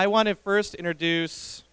i want to first introduce